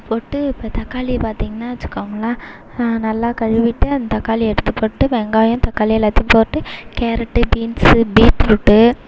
போட்டு இப்போ தக்காளியை பார்த்திங்கனா வச்சுக்கோங்களன் நல்லா கழுவிட்டு அந்த தக்காளியை எடுத்து போட்டுவிட்டு வெங்காயம் தக்காளி எல்லாத்தையும் போட்டு கேரட்டு பீன்ஸ் பீட்ரூட்டு